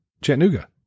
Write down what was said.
Chattanooga